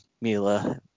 Mila